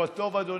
הוא הטוב, אדוני,